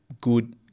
Good